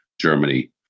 Germany